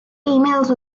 emails